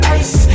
ice